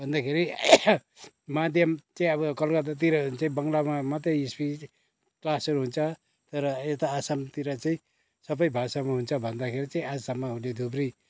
भन्दाखेरि माध्यम चाहिँ अब कलकत्तातिर हो भने चाहिँ बङ्गलामा मात्रै स्पिच क्लासहरू हुन्छ तर यता आसामतिर चाहिँ सबै भाषामा हुन्छ भन्दाखेरि चाहिँ आसाममा हुने थुप्रै